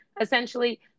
essentially